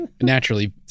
Naturally